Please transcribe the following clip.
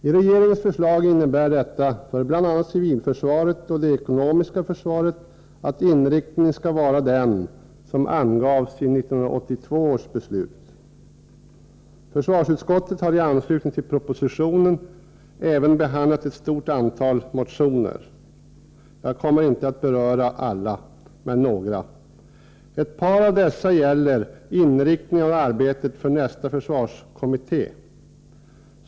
I regeringens förslag innebär detta för bl.a. civilförsvaret och det ekonomiska försvaret att inriktningen skall vara den som angavs i 1982 års beslut. Försvarsutskottet har i anslutning till propositionen även behandlat ett stort antal motioner av vilka jag skall beröra ett par. I några av dem behandlas inriktningen av arbetet för nästa försvarskommitté.